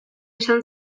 esan